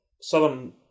southern